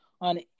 on